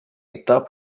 этап